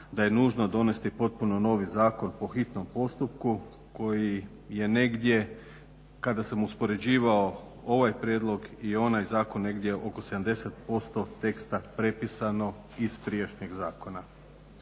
da je nužno donesti potpuno novi zakon po hitnom postupku koji je negdje kada sam uspoređivao ovaj prijedlog i onaj zakon negdje oko 70% teksta prepisano iz prijašnjeg zakona.